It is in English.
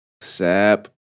Sap